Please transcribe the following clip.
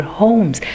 homes